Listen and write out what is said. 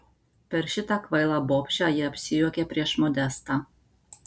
per šitą kvailą bobšę ji apsijuokė prieš modestą